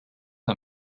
are